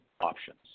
options